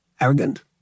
arrogant